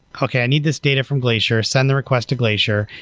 okay. i need this data from glacier. send the request the glacier.